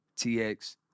TX